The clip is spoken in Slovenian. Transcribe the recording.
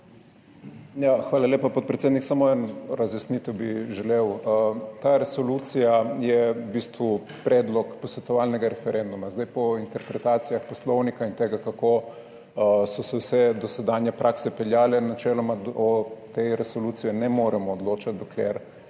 Hvala lepa, podpredsednik. Samo eno razjasnitev bi želel. Ta resolucija je v bistvu predlog posvetovalnega referenduma. Po interpretacijah poslovnika in tega, kako so se vse dosedanje prakse peljale, načeloma o tej resoluciji ne moremo odločati, dokler